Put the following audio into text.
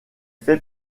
fait